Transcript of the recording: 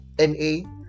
NA